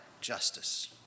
justice